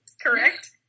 correct